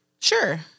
Sure